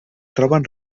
troben